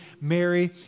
Mary